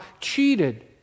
cheated